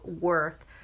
worth